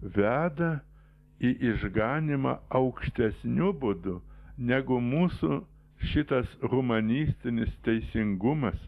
veda į išganymą aukštesniu būdu negu mūsų šitas humanistinis teisingumas